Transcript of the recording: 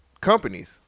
companies